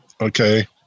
okay